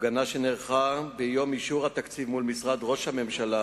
הפגנה שנערכה ביום אישור התקציב מול משרד ראש הממשלה